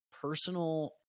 personal